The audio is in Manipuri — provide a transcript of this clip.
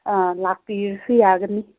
ꯑꯥ ꯂꯥꯛꯄꯤꯔꯁꯨ ꯌꯥꯒꯅꯤ